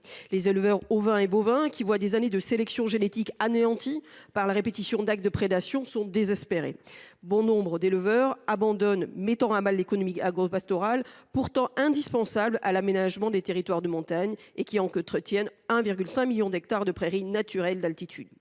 Les éleveurs ovins et bovins, qui voient des années de sélection génétique anéanties par la répétition des actes de prédation, sont désespérés. Bon nombre d’entre eux abandonnent leur activité, ce qui met à mal l’économie agropastorale, qui est pourtant indispensable à l’aménagement des territoires de montagne et qui contribue à l’entretien de 1,5 million d’hectares de prairies naturelles d’altitude.